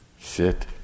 sit